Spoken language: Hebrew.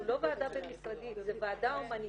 זו לא ועדה בין משרדית, זו ועדה הומניטרית